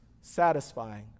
satisfying